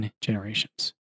generations